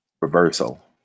Reversal